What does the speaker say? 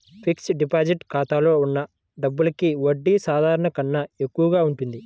fixed deposit ఖాతాలో ఉన్న డబ్బులకి వడ్డీ సాధారణం కన్నా ఎక్కువగా ఉంటుంది